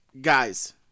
Guys